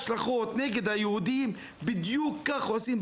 לצערי הרב המצב של הילדים, של התינוקות גם כן